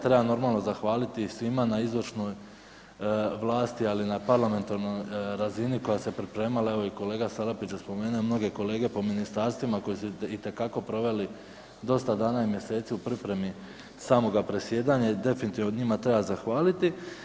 Treba normalno zahvaliti i svima na izvršnoj vlasti, ali na parlamentarnoj razini koja se pripremala, evo i kolega Salapić je spomenuo mnoge kolege po ministarstvima koji su itekako proveli dosta dana i mjeseci u pripremi samoga predsjedanja i definitivno njima treba zahvaliti.